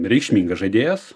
reikšmingas žaidėjas